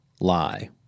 lie